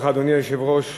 אדוני היושב-ראש,